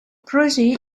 projeyi